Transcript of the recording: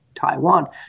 Taiwan